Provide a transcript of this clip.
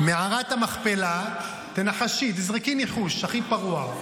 מערת המכפלה, תנחשי, תזרקי, ניחוש הכי פרוע.